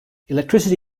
electricity